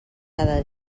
cada